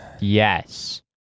Yes